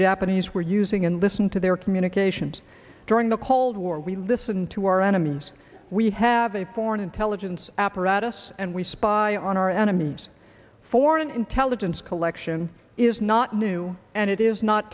japanese were using and listen to their communications during the cold war we listen to our enemies we have a foreign intelligence apparatus and we spy on our enemies foreign intelligence collection is not new and it is not